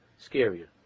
scarier